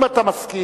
אם אתה מסכים,